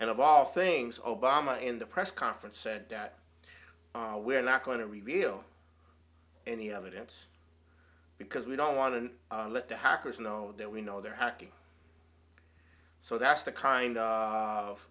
and of all things obama in the press conference said that we're not going to reveal any evidence because we don't want to let the hackers know that we know they're happy so that's the kind of